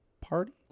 party